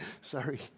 Sorry